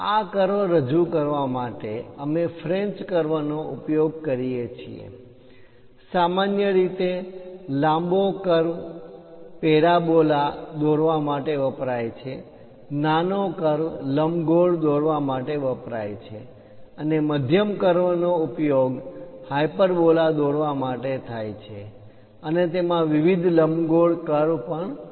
આ કર્વ રજુ કરવા માટે અમે ફ્રેન્ચ કર્વ નો ઉપયોગ કરીએ છીએ સામાન્ય રીતે લાંબો કર્વ પેરાબોલા દોરવા માટે વપરાય છે નાનો કર્વ લંબગોળ દોરવા માટે વપરાય છે અને મધ્યમ કર્વનો ઉપયોગ હાયપરબોલા દોરવા માટે થાય છે અને તેમાં વિવિધ લંબગોળ કર્વ પણ સામેલ છે